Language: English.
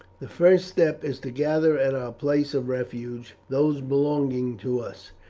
the first step is to gather at our place of refuge those belonging to us.